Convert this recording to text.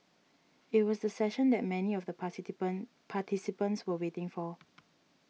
it was the session that many of the participant participants were waiting for